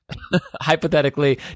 hypothetically